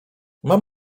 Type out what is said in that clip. mam